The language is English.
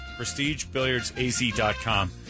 PrestigeBilliardsAZ.com